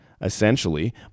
essentially